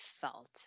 felt